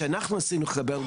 שאנחנו ניסינו לחבר,